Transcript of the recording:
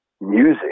music